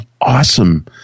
awesome